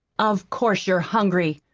of course you're hungry!